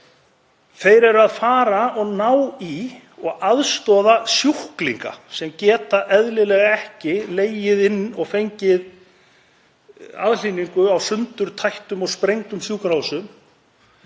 Þau eru að fara og ná í og aðstoða sjúklinga sem geta eðlilega ekki legið inni og fengið aðhlynningu á sundurtættum og sprengdum sjúkrahúsum,